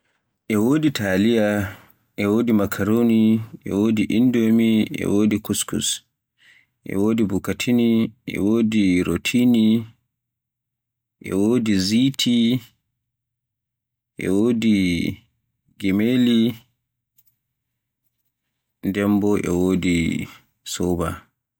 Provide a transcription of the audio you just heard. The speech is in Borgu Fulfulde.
E wodi taliya, e wodi makaroni, e wodi indomi, e wodi kuskus, e wodi bukatini, e wodi rotini, e wodi ziti, gemelli e wodi soba.